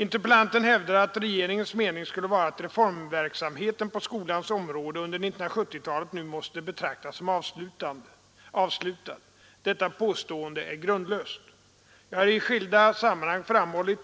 Interpellanten hävdar att regeringens mening skulle vara att reformverksamheten på skolans område under 1970-talet nu måste betraktas som avslutad. Detta påstående är grundlöst. Jag har i skilda sammanhang framhållit